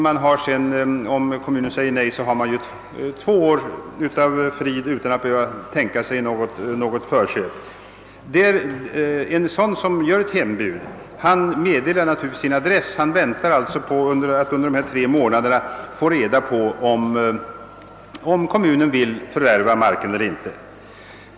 Säger kommunen nej, har markägaren fått två års frid utan att behöva tänka på något förköp. Den som gör ett hembud meddelar naturligtvis sin adress och räknar med att inom tre månader få reda på om kommunen vill förvärva marken eiler inte.